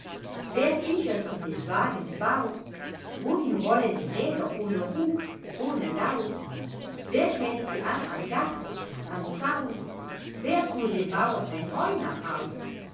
wer kichert in des wagens bauch wohin rollen die räder ohne ruck ohne laut wer hält sie an am garten am zaun wer fuhr dem bauer sein heu nach haus